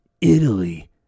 Italy